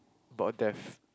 about death